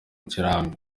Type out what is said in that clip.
kirambi